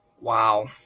Wow